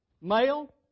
Male